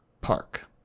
Park